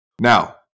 Now